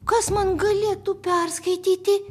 kas man galėtų perskaityti